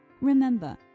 remember